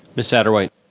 ms. satterwhite.